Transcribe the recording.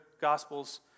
Gospels